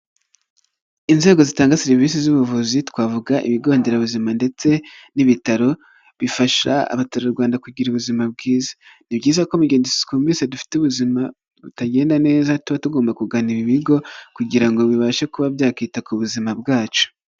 Inzego zitanga serivisi z'ubuvuzi twavuga: ibigo nderabuzima ndetse n'ibitaro, bifasha abaturarwanda kugira ubuzima bwiza. Ni byiza ko mu gihe twumvise dufite ubuzima butagenda neza, tuba tugomba kugana ibi bigo kugira ngo bibashe kuba byakita ku buzima bwacu.